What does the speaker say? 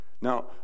now